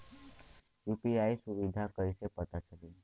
UPI सुबिधा कइसे पता चली?